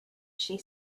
she